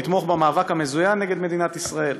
או לתמוך במאבק המזוין נגד מדינת ישראל.